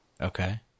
Okay